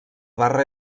barra